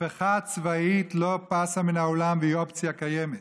הפיכה צבאית לא פסה מן העולם והיא אופציה קיימת.